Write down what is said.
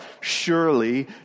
Surely